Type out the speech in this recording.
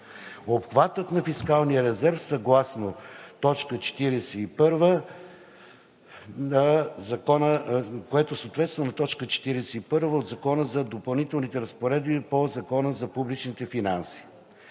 обхватът на фискалния резерв, което съответства на т. 41 от Закона за Допълнителните разпоредби по Закона за публичните финанси.